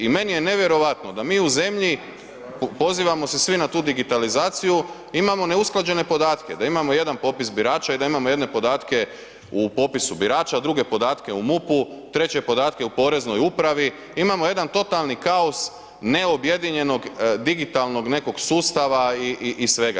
I meni je nevjerojatno da mi u zemlji pozivamo se svi na tu digitalizaciju, imamo neusklađene podatke, da imamo jedan popis birača i da imamo jedne podatke u popisu birača, druge podatke u MUP-u, treće podatke u Poreznoj upravi, imamo jedan totalni kaos neobjedinjenog digitalnog nekog sustava i svega.